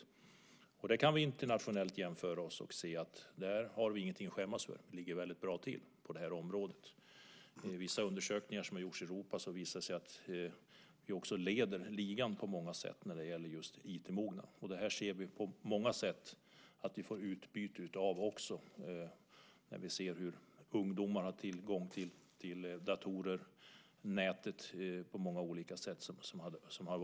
Vi kan jämföra oss internationellt och se att vi inte har någonting att skämmas för, utan vi ligger väldigt bra till på det här området. Vissa undersökningar som har gjorts i Europa visar att vi leder ligan när det gäller just IT-mognad. Vi får också ett utbyte av det här när vi ser hur ungdomar har tillgång till datorer och till nätet. Det är positivt.